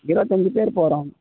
இரபத்தஞ்சு பேர் போகறோம்